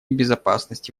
безопасности